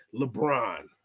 LeBron